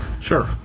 Sure